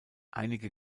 einige